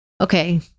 Okay